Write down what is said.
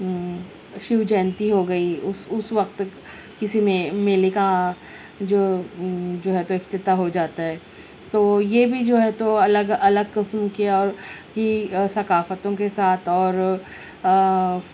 شیو جینتی ہو گئی اس اس وقت کسی میں میلے کا جو جو ہے تو افتتاح ہو جاتا ہے تو یہ بھی جو ہے تو الگ الگ قسم کے اور کی ثقافتوں کے ساتھ اور